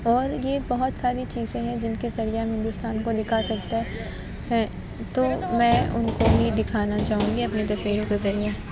اور یہ بہت ساری چیزیں ہیں جن کے ذریعہ ہم ہندوستان کو دکھا سکتے ہیں تو میں ان کو ہی دکھانا چاہوں گی اپنی تصویروں کے ذریعہ